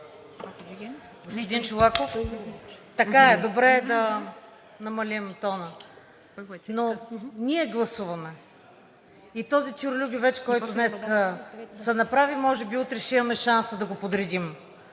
Господин Чолаков, така е. Добре е да намалим тона, но ние гласуваме. И този тюрлюгювеч, който днес се направи, може би утре ще имаме шанса да го подредим.